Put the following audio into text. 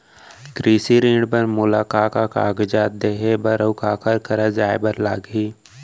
कृषि ऋण बर मोला का का कागजात देहे बर, अऊ काखर करा जाए बर लागही?